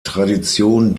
tradition